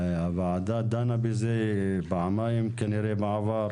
הוועדה דנה בזה פעמיים כנראה בעבר.